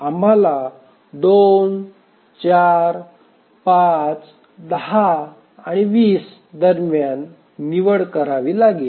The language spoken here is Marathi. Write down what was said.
आम्हाला 2 4 5 10 आणि 20 दरम्यान निवड करावी लागेल